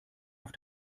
auf